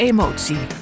Emotie